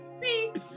Peace